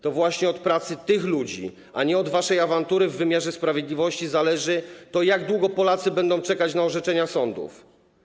To właśnie od pracy tych ludzi, a nie od waszej awantury w wymiarze sprawiedliwości zależy to, jak długo Polacy będą czekać na orzeczenia sądów.